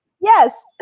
yes